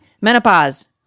Menopause